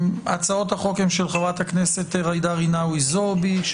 הצעות החוק הן של חה"כ ג'ידא רינאוי זועבי,